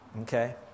okay